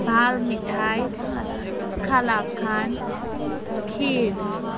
ball mithai kalakand kheer